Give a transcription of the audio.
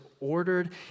ordered